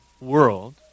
world